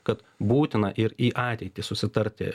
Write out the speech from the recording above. kad būtina ir į ateitį susitarti